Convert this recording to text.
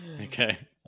Okay